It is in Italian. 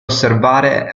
osservare